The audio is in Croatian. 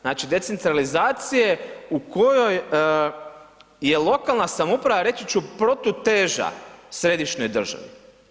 Znači, decentralizacije u kojoj je lokalna samouprava reći ću protuteža središnjoj državi.